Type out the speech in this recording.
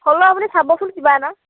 হ'লেও আপুনি চাবচোন কিবা এটা